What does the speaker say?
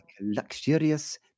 luxurious